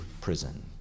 prison